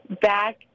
back